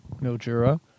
Mildura